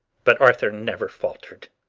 but arthur never faltered.